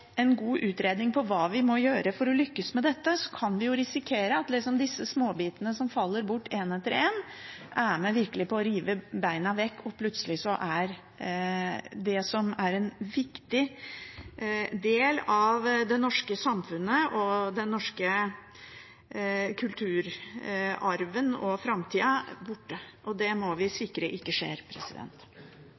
en god utredning om hva vi må gjøre for å lykkes med dette, kan vi risikere at disse småbitene som faller bort, en etter en, virkelig er med på å rive beina vekk under dette, for plutselig er det som er en viktig del av det norske samfunnet, den norske kulturarven og framtida, borte, og det må vi sikre ikke